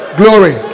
glory